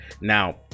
now